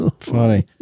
Funny